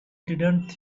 didn’t